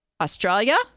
Australia